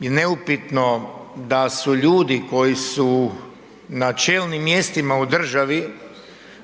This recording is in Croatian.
neupitno da su ljudi koji su na čelnim mjestima u državi